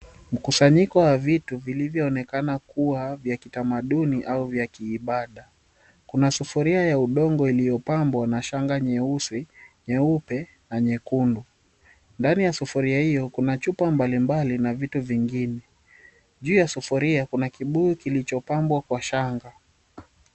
Mkusanyiko wa vitu vilivyoonekana kuwa vya kitamaduni, au vya kiibada. Kuna sufuria ya udongo iliyopambwa na shanga nyeusi, nyeupe, na nyekundu. Ndani ya sufuria hiyo kuna chupa mbalimbali na vitu vingine. Juu ya sufuria kuna kibuyu kilichopambwa kwa shanga.